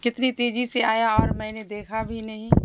کتنی تیزی سے آیا اور میں نے دیکھا بھی نہیں